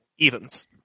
Evans